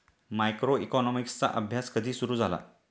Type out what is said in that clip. मायक्रोइकॉनॉमिक्सचा अभ्यास कधी सुरु झाला?